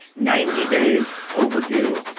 ninety days overdue,